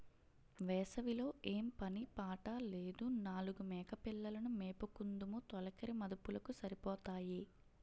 వేసవి లో ఏం పని పాట లేదు నాలుగు మేకపిల్లలు ను మేపుకుందుము తొలకరి మదుపులకు సరిపోతాయి